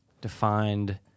Defined